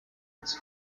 its